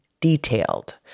detailed